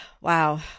Wow